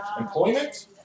employment